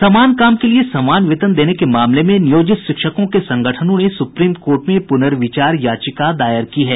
समान काम के लिए समान वेतन देने के मामले में नियोजित शिक्षकों के संगठनों ने सुप्रीम कोर्ट में पुनर्विचार याचिका दायर की है